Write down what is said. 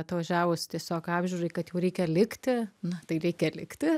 atvažiavus tiesiog apžiūrai kad jau reikia likti na tai reikia likti